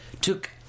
took